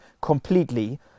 completely